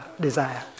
desire